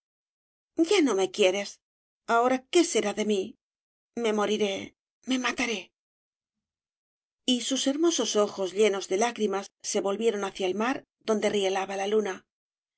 quejumbrosa ya no me quieres ahora qué será de mí me moriré me mataré y sus hermosos ojos llenos de lágrimas se volvieron hacia el mar donde rielaba la luna